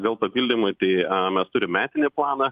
gal papildymui tai mes turim metinį planą